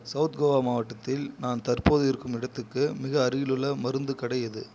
south Goa மாவட்டத்தில் நான் தற்போது இருக்கும் இடத்துக்கு மிக அருகிலுள்ள மருந்துக் கடை எது